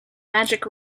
magic